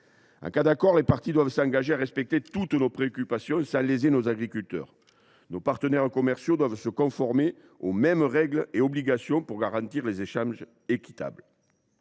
En cas d’accord, les parties doivent s’engager à respecter toutes nos préoccupations sans léser nos agriculteurs. Nos partenaires commerciaux doivent se conformer aux mêmes règles et obligations que nous pour garantir des échanges équitables.